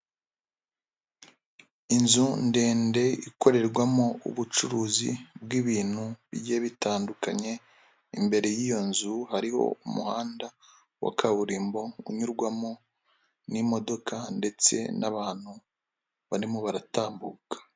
Inzu ndende ikorerwamo ubucuruzi bw'ibintu bigiye bitandukanye, imbere y'iyo nzu hariho umuhanda wa kaburimbo unyurwamo n'imodoka ndetse n'abantu barimo baratambuka.